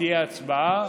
שתהיה הצבעה,